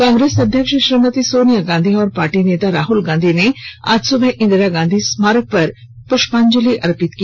कांग्रेस अध्यक्ष श्रीमती सोनिया गांधी और पार्टी नेता राहल गांधी ने आज सुबह इन्दिरा गांधी स्मारक पर प्रष्पांजलि अर्पित की